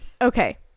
Okay